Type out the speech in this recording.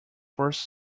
first